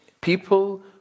people